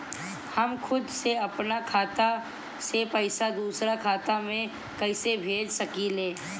हम खुद से अपना खाता से पइसा दूसरा खाता में कइसे भेज सकी ले?